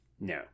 No